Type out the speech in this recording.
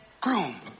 groom